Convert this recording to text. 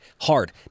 hard